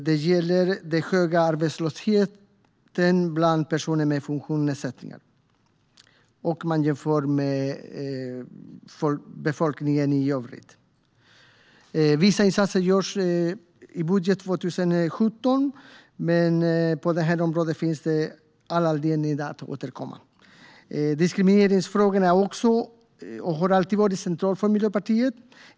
Det gäller den höga arbetslösheten bland personer med funktionsnedsättning om man jämför med befolkningen i övrigt. Vissa insatser görs i budgeten för 2017, men på det här området finns det all anledning att återkomma. Diskrimineringsfrågorna är också och har alltid varit centrala för Miljöpartiet.